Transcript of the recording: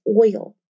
oil